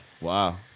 Wow